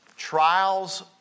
Trials